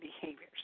behaviors